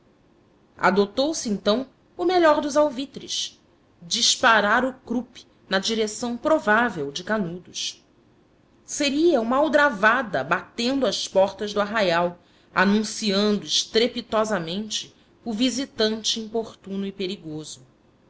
extração adotou se então o melhor dos alvitres disparar o krupp na direção provável de canudos seria uma aldrabada batendo às portas do arraial anunciando estrepitosamente o visitante importuno e perigoso